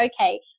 okay